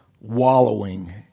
wallowing